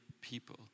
people